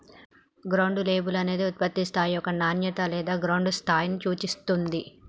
ground label అనేది ఉత్పత్తి యొక్క నాణేత లేదా గ్రౌండ్ స్థాయిని సూచిత్తుంది